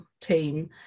team